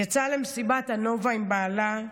יצאה למסיבת הנובה עם בעלה.